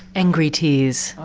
angry tears.